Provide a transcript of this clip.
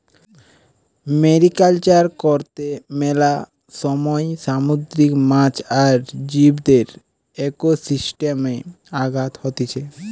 mariculture কর্তে মেলা সময় সামুদ্রিক মাছ আর জীবদের একোসিস্টেমে আঘাত হতিছে